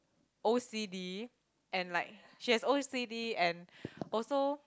O_C_D and like she has O_C_D and also